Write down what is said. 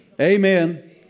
Amen